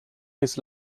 his